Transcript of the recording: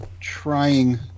trying